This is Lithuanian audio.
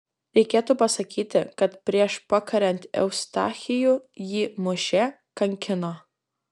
reikėtų pasakyti kad prieš pakariant eustachijų jį mušė kankino